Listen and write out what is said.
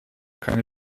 keine